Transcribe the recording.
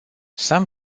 some